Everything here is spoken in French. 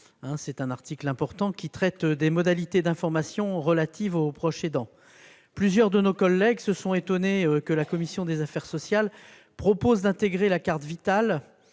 d'un article important, qui traite des modalités d'information relatives aux proches aidants. Plusieurs de nos collègues se sont étonné que la commission des affaires sociales propose d'intégrer à la carte Vitale